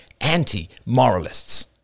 anti-moralists